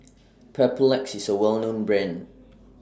Papulex IS A Well known Brand